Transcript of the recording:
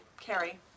Carrie